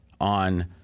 on